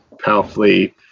powerfully